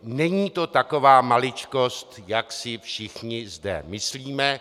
Není to taková maličkost, jak si všichni zde myslíme.